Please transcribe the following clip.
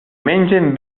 mengen